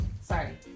Sorry